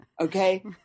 Okay